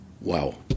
Wow